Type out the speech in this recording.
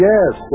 Yes